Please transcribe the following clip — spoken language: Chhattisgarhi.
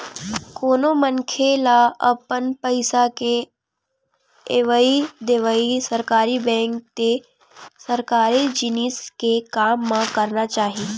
कोनो मनखे ल अपन पइसा के लेवइ देवइ सरकारी बेंक ते सरकारी जिनिस के काम म करना चाही